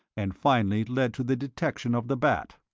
and finally led to the detection of the bat!